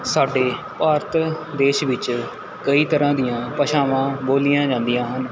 ਸਾਡੇ ਭਾਰਤ ਦੇਸ਼ ਵਿੱਚ ਕਈ ਤਰ੍ਹਾਂ ਦੀਆਂ ਭਾਸ਼ਾਵਾਂ ਬੋਲੀਆਂ ਜਾਂਦੀਆਂ ਹਨ